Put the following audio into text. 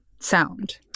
sound